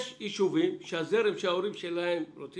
אני אומר שאם יש נניח ילד בשילוב ויש לו בית ספר קרוב לבית,